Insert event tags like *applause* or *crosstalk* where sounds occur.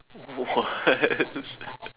what *laughs*